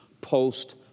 post